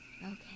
Okay